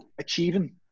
achieving